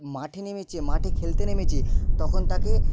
মাঠে নেমেছে মাঠে খেলতে নেমেছে তখন তাকে